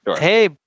hey